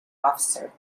officer